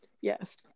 Yes